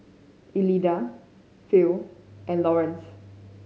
Elida Phil and Lawerence